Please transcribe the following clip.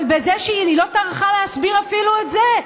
אבל היא לא טרחה להסביר אפילו את זה.